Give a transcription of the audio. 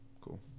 Cool